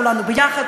כולנו יחד,